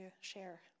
share